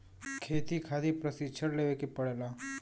खेती खातिर प्रशिक्षण लेवे के पड़ला